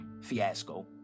Fiasco